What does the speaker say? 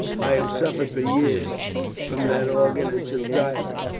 i have suffered for years from that organ, and shall die of it,